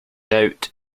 doubt